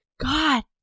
God